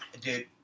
Dude